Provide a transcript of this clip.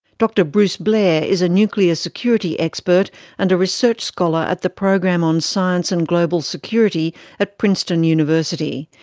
dr bruce blair is a nuclear security expert and a research scholar at the program on science and global security at princeton university.